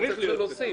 צריך להוסיף.